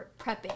prepping